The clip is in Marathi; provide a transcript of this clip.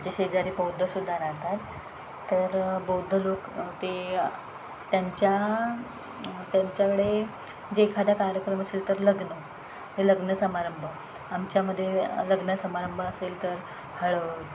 जे शेजारी बौद्धसुद्धा राहतात तर बौद्ध लोक ते त्यांच्या त्यांच्याकडे जे एखादा कार्यक्रम असेल तर लग्न हे लग्न समारंभ आमच्यामध्ये लग्न समारंभ असेल तर हळद